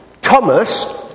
Thomas